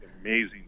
amazing